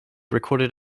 recorded